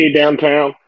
downtown